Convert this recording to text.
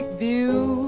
view